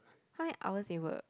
how many hours they work